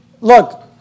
Look